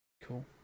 Cool